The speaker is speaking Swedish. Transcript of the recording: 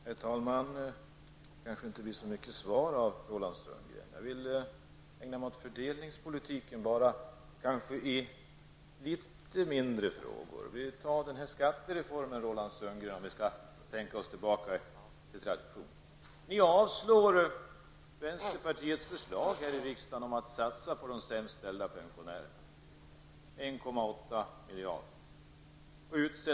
Herr talman! Jag fick inte så mycket till svar av Roland Sundgren. Jag vill ägna mig åt fördelningspolitiken i kanske något mindre frågor. Låt oss diskutera skattereformen, Roland Sundgren, om vi nu skall tänka oss tillbaka till traditionen. Vänsterpartiets förslag till riksdagen om en satsning på 1,8 miljarder kronor till de pensionärer som har det sämst ställt avstyrks.